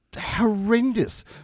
horrendous